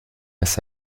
ist